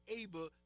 able